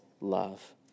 love